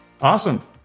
Awesome